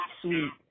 sweet